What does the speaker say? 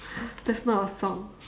that's not a song